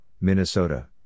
Minnesota